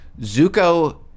Zuko